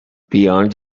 beyond